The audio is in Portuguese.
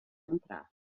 entrar